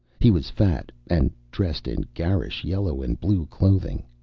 he was fat, and dressed in garish yellow and blue clothing.